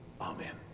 Amen